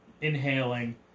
inhaling